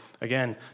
again